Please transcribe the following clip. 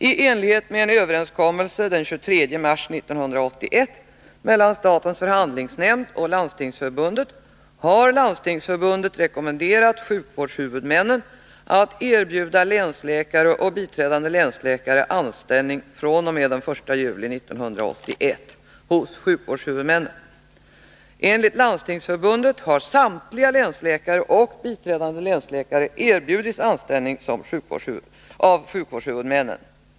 I enlighet med en överenskommelse den 23 mars 1981 mellan statens förhandlingsnämnd och Landstingsförbundet har Landstingsförbundet rekommenderat sjukvårdshuvudmännen att erbjuda länsläkare och biträdande länsläkare anställning fr.o.m. den 1 juli 1981 hos sjukvårdshuvudmannen. Enligt Landstingsförbundet har samtliga länsläkare och biträdande länsläkare erbjudits anställning av sjukvårdshuvudmännen.